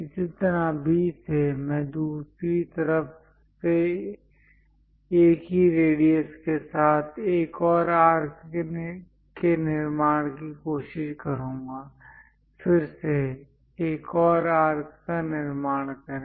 इसी तरह B से मैं दूसरी तरफ से एक ही रेडियस के साथ एक और आर्क के निर्माण की कोशिश करूंगा फिर से एक और आर्क का निर्माण करें